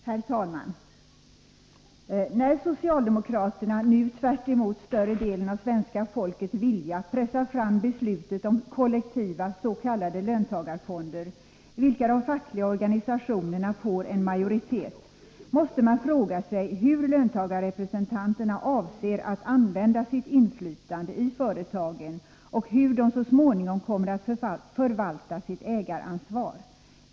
Herr talman! När socialdemokraterna nu tvärtemot större delen av svenska folkets vilja pressar fram beslutet om kollektiva s.k. löntagarfonder, i vilka de fackliga organisationerna får majoritet, måste man fråga sig hur löntagarrepresentanterna avser att använda sitt inflytande i företagen och hur de så småningom kommer att förvalta sitt ägaransvar.